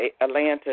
Atlanta